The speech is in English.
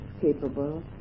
capable